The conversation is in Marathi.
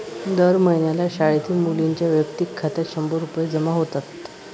दर महिन्याला शाळेतील मुलींच्या वैयक्तिक खात्यात शंभर रुपये जमा होतात